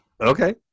Okay